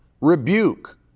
rebuke